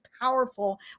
powerful